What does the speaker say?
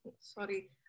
Sorry